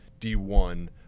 D1